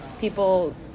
people